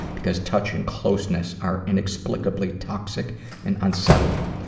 because touch and closeness are inexplicably toxic and unsettling.